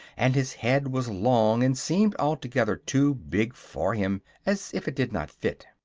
and his head was long and seemed altogether too big for him, as if it did not fit.